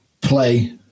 play